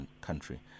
country